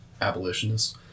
abolitionists